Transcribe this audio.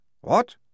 What